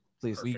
Please